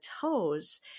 toes